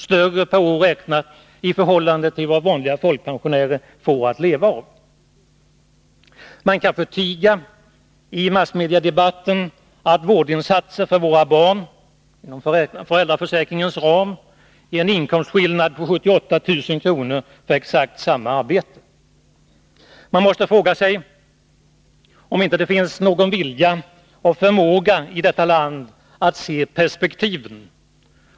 större per år än vad vanliga folkpensionärer får att leva av. Man kan i massmediadebatten förtiga att vårdinsatser för våra barn inom föräldraförsäkringens ram ger en inkomstskillnad på 78 000 kr. för exakt samma arbete. Man måste fråga sig om det inte finns någon vilja och förmåga i detta land att se perspektiven.